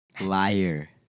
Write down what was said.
Liar